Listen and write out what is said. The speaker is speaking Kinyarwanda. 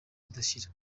ridashira